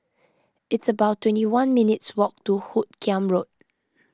it's about twenty one minutes' walk to Hoot Kiam Road